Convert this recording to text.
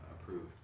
approved